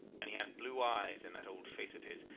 and he had blue eyes in that old face of his,